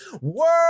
World